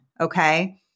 okay